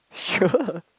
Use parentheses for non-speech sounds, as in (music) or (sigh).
sure (laughs)